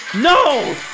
No